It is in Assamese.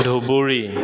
ধুবুৰী